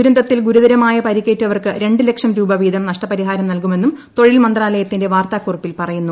ദുരന്തത്തിൽ ഗുരുതരമായ പരിക്കേറ്റവർക്ക് രണ്ട് ലക്ഷം രൂപ വീതം നഷ്ടപരിഹാരം നൽകുമെന്നും തൊഴിൽ മന്ത്രാലയത്തിന്റെ വാർത്താകുറിപ്പിൽ പറയുന്നു